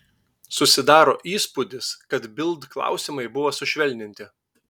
susidaro įspūdis kad bild klausimai buvo sušvelninti